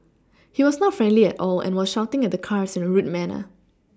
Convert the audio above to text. he was not friendly at all and was shouting at the cars in a rude manner